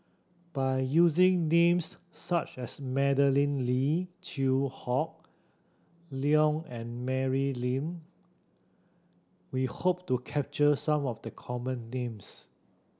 by using names such as Madeleine Lee Chew Hock Leong and Mary Lim we hope to capture some of the common names